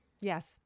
Yes